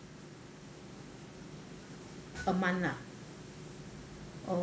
a month lah oh